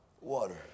water